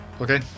Okay